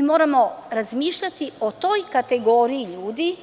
Moramo razmišljati o toj kategoriji ljudi